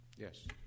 Yes